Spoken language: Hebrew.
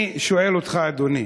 אני שואל אותך, אדוני,